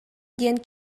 диэн